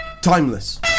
timeless